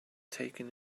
taken